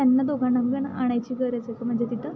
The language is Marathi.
त्यांना दोघांना पण आणायची गरज आहे का म्हणजे तिथं